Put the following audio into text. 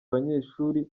abanyeshuri